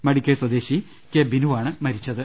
മടിക്കൈ സ്വദേശി കെ ബിനുവാണ് മരിച്ചത്